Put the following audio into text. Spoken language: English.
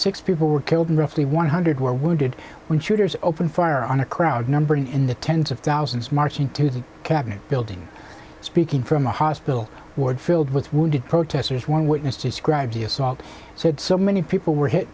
six people were killed and roughly one hundred were wounded when shooters opened fire on a crowd numbering in the tens of thousands marching to the cabinet building speaking from a hospital ward filled with wounded protesters one witness described the assault said so many people were hit